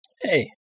Hey